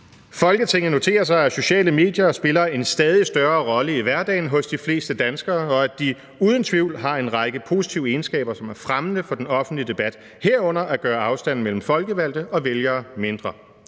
»Folketinget noterer sig, at sociale medier spiller en stadig større rolle i hverdagen hos de fleste danskere, og at de uden tvivl har en række positive egenskaber, som er fremmende for den offentlige debat, herunder at gøre afstande mellem folkevalgte og vælgere mindre.